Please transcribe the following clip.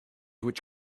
which